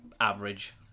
average